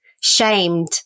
shamed